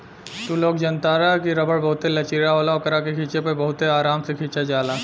तू लोग जनतार की रबड़ बहुते लचीला होला ओकरा के खिचे पर बहुते आराम से खींचा जाला